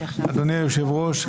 אדוני היושב-ראש,